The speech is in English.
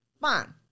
Fine